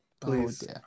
Please